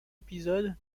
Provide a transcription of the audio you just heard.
épisode